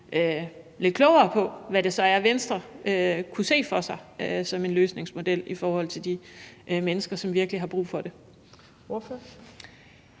lidt klogere på, hvad det så er, Venstre kunne se for sig som en løsningsmodel i forhold til de mennesker, som virkelig har brug for det.